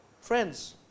friends